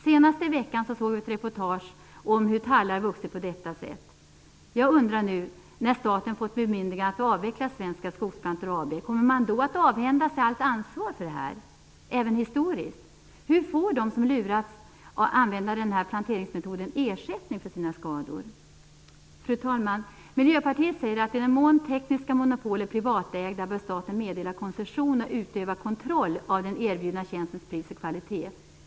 Senast nu i veckan såg vi ett reportage om hur tallar vuxit på detta sätt. Jag undrar: När staten nu har fått bemyndigande att avveckla Svenska Skogsplantor AB - kommer man då att avhända sig allt ansvar för det här, även historiskt? Hur får de som lurats att använda den här planteringsmetoden ersättning för sina skador? Fru talman! Miljöpartiet säger att i den mån tekniska monopol är privatägda bör staten meddela koncession och utöva kontroll av den erbjudna tjänstens pris och kvalitet.